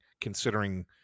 considering